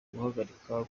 guhagarika